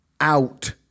out